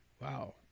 Wow